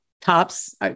tops